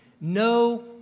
no